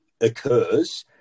occurs